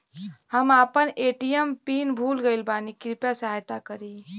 हम आपन ATM pin भूल गईल बानी कृपया सहायता करी